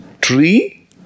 tree